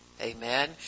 Amen